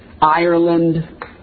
Ireland